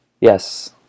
yes